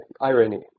irony